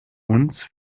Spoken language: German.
uns